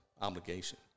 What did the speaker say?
obligation